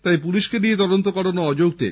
তাই পুলিশকে দিয়ে তদন্ত করানো অযৌক্তিক